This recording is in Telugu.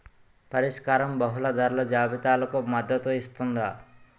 పరిష్కారం బహుళ ధరల జాబితాలకు మద్దతు ఇస్తుందా?